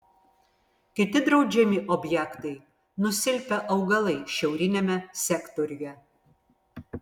kiti draudžiami objektai nusilpę augalai šiauriniame sektoriuje